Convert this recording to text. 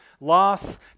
loss